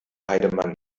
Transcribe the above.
heidemann